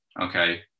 okay